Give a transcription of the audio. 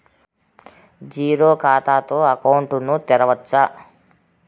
Zero ఖాతా తో account ను తెరవచ్చా?